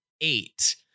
eight